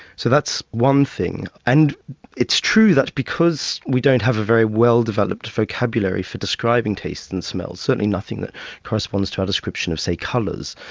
so that's one thing. and it's true that because we don't have a very well-developed vocabulary for describing taste and smell, certainly nothing that corresponds to our description of, say, colours,